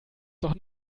doch